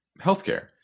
healthcare